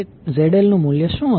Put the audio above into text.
તો ZL નું મૂલ્ય શું હશે